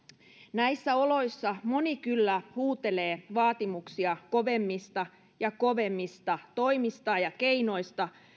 näissä oloissa moni kyllä huutelee vaatimuksia kovemmista ja kovemmista toimista ja keinoista